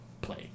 play